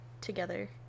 together